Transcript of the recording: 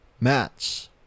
match